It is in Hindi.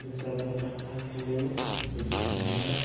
प्रेसर नहीं पड़ता है खेलने में कोई दिक्कत नहीं है